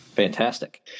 Fantastic